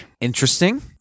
Interesting